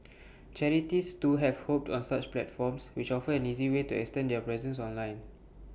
charities too have hopped on such platforms which offer an easy way to extend their presence online